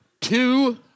Two